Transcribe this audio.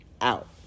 Out